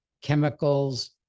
chemicals